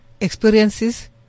experiences